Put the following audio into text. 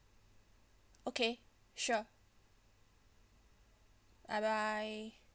okay sure bye bye